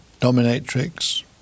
dominatrix